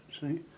see